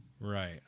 right